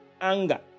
Anger